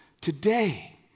Today